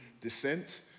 descent